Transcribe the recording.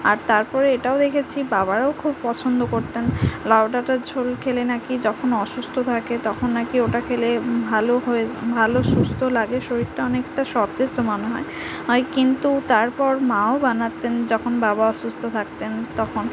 আর তার পরে এটাও দেখেছি বাবারাও খুব পছন্দ করতেন লাউ ডাঁটার ঝোল খেলে নাকি যখন অসুস্থ থাকে তখন নাকি ওটা খেলে ভালো হয়ে ভালো সুস্থ লাগে শরীরটা অনেকটা সতেজ মনে হয় হয় কিন্তু তারপর মাও বানাতেন যখন বাবা অসুস্থ থাকতেন তখন